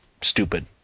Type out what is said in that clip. stupid